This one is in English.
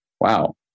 wow